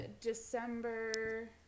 December